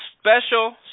special